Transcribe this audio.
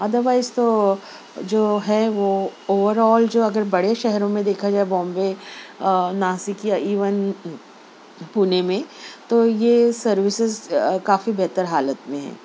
otherwise تو جو ہے وہ اوور آل جو اگر بڑے شہروں میں دیکھا جائے بامبے ناسک یو نو پونے میں تو یہ سروسیز کافی بہتر حالت میں ہیں